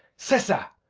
sessa!